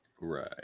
Right